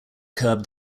curb